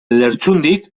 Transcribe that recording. lertxundik